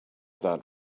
that